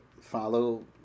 follow